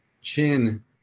chin